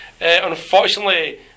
Unfortunately